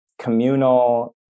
communal